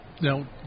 Now